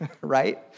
right